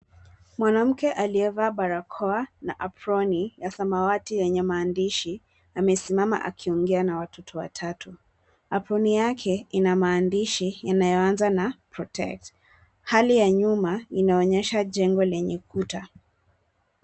Mwanamke aliyevaa barakoa na aproni ya samawati yenye maandishi amesimama akiongea na watoto watatu. Aproni yake ina maandishi yanayoanza na protect . Hali ya nyuma inaonyesha jengo lenye kuta.